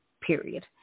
period